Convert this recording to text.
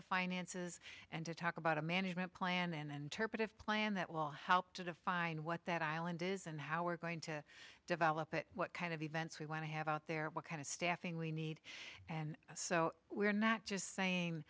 the finances and to talk about a management plan and interpretive plan that will help to define what that island is and how we're going to develop it what kind of events we want to have out there what kind of staffing we need and so we're not just saying